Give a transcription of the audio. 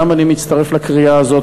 גם אני מצטרף לקריאה הזאת,